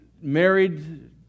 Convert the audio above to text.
married